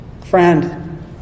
Friend